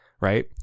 right